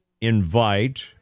invite